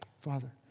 Father